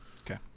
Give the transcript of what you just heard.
Okay